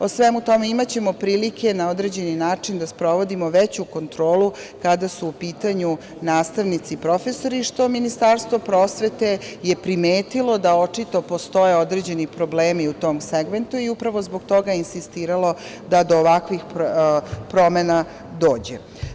O svemu tome imaćemo prilike na određeni način da sprovodimo veću kontrolu kada su u pitanju nastavnici i profesori, što Ministarstvo prosvete je primetilo da očito postoje određeni problemi u tom segmentu i upravo zbog toga je insistiralo da do ovakvih promena dođe.